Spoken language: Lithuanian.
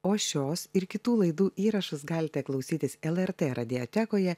o šios ir kitų laidų įrašus galite klausytis lrt radiotekoje